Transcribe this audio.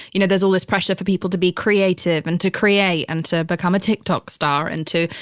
you know, there's all this pressure for people to be creative and to create and to become a tik tok star and to,